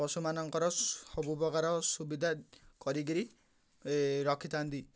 ପଶୁମାନଙ୍କର ସବୁ ପ୍ରକାର ସୁବିଧା କରିକିରି ରଖିଥାନ୍ତି